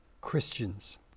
Christians